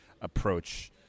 approach